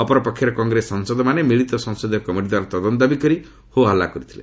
ଅପରପକ୍ଷରେ କଂଗ୍ରେସ ସାଂସଦମାନେ ମିଳିତ ସଂସଦୀୟ କମିଟି ଦ୍ୱାରା ତଦନ୍ତ ଦାବିକରି ହୋ ହଲ୍ଲ କରିଥିଲେ